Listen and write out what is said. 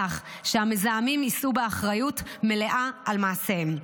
שהמזהמים יישאו באחריות מלאה על מעשיהם.